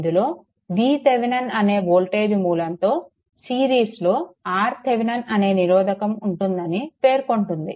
ఇందులో VThevenin అనే voltage మూలంతో సిరీస్లో RThevenin అనే నిరోధకం ఉంటుందని పేర్కొంటుంది